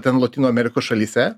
ten lotynų amerikos šalyse